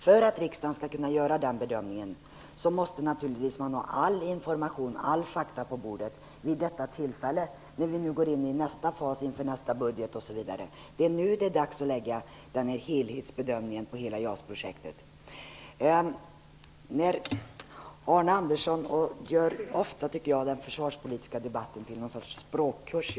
För att riksdagen skall kunna göra den bedömningen måste man naturligtvis ha all information och alla fakta på bordet, innan vi går in i nästa fas inför nästa års budget. Det är nu som det är dags att göra en helhetsbedömning av Arne Andersson gör ofta den försvarspolitiska debatten till något slags språkkurs.